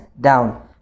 down